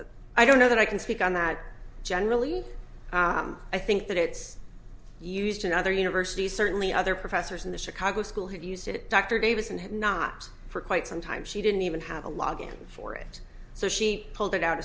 com i don't know that i can speak on that generally i think that it's used in other universities certainly other professors in the chicago school have used it dr davis and not for quite some time she didn't even have a lot going for it so she pulled it out